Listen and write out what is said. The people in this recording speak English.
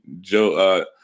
Joe